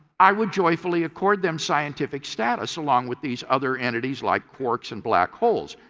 i would joyfully accord them scientific status along with these other entities like quarks and black holes.